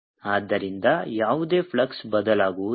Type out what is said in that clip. ಆದ್ದರಿಂದ ಯಾವುದೇ ಫ್ಲಕ್ಸ್ ಬದಲಾಗುವುದಿಲ್ಲ